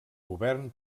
govern